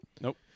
Nope